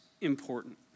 important